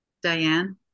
Diane